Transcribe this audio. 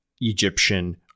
Egyptian